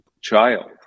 child